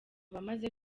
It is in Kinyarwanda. bamaze